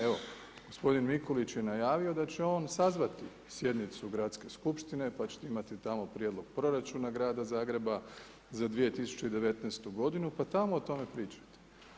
Evo, g. Mikulić je najavio da će on sazvati sjednicu gradske skupštine, pa ćete imati tamo prijedlog proračuna Grada Zagreba za 2019. g. pa tamo o tome pričate.